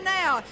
now